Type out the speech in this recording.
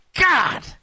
God